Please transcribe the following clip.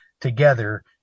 together